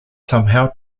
somehow